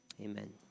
Amen